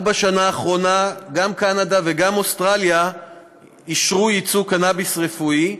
רק בשנה האחרונה גם קנדה וגם אוסטרליה אישרו ייצוא קנאביס רפואי,